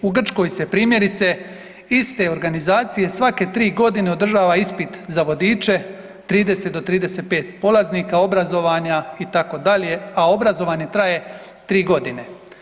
U Grčkoj se primjerice iste organizacije svake 3 godine održava ispit za vodiče 30 do 35 polaznika obrazovanja itd., a obrazovanje traje 3 godine.